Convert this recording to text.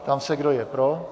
Ptám se, kdo je pro.